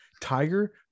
Tiger